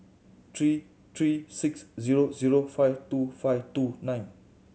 three three six zero zero five two five two nine